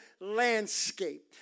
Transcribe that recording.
landscape